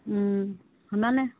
শুনানে